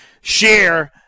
share